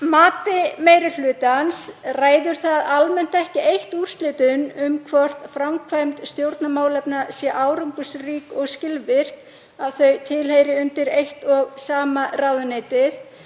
mati meiri hlutans ræður það eitt almennt ekki úrslitum um hvort framkvæmd stjórnarmálefna sé árangursrík og skilvirk að þau heyri undir eitt og sama ráðuneytið.